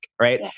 right